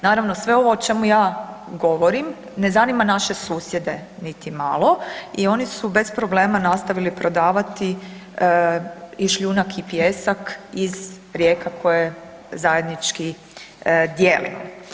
Naravno, sve ovo o čemu ja govorim ne zanima naše susjede niti malo i oni su bez problema nastavili prodavati i šljunak i pijesak iz rijeka koja zajednički dijelimo.